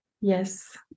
Yes